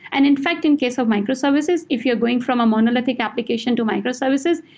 and in fact, in case of microservices, if you're going from a monolithic application to microservices,